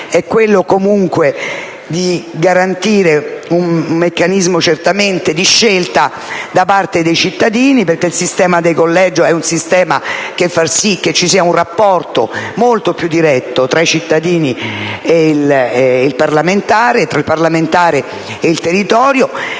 due pregi; garantiva un meccanismo di scelta da parte dei cittadini, perché il sistema dei collegi fa sì che ci sia un rapporto molto più diretto tra i cittadini e il parlamentare, e tra il parlamentare e il territorio